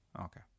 okay